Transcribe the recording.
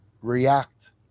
react